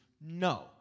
no